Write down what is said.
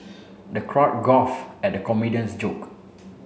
the crowd gulf at the comedian's joke